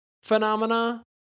Phenomena